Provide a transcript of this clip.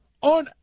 on